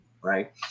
right